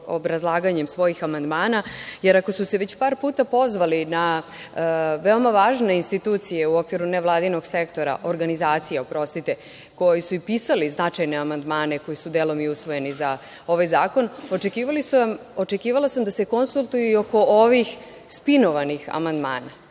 obrazlaganjem amandmana, jer ako su se već par puta pozvali na veoma važne institucije u okviru ne vladinog sektora, organizacija, oprostite, koji su i pisali značajne amandmane koji su delom usvojeni za ovaj zakon, očekivala sam da se konsultuju i oko ovih spinovanih amandmana. Ovo